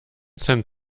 cent